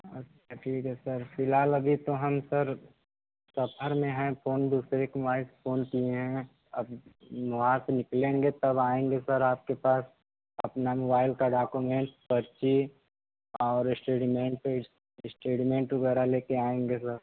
अच्छा ठीक है सर फिलहाल अभी तो हम सर सफर में हैं फोन दूसरे के मोबाइल से फोन किएँ हैं अब वहाँ से निकलेंगे तब आएंगे सर आपके पास अपना मोबाइल का डाकोमेंस पर्ची और स्टेडीमेंट स्टेडमेंट वगैरह ले कर आएंगे सर